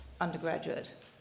undergraduate